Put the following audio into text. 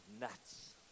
nuts